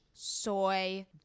soy